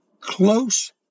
close